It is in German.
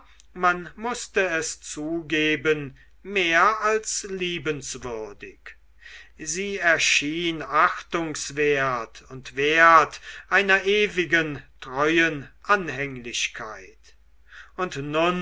man mußte es zugeben mehr als liebenswürdig sie erschien achtungswert und wert einer ewigen treuen anhänglichkeit und nun